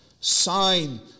sign